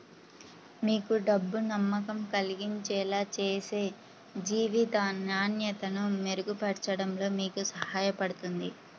మీకు డబ్బు నమ్మకం కలిగించేలా చేసి జీవిత నాణ్యతను మెరుగుపరచడంలో మీకు సహాయపడుతుంది